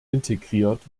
integriert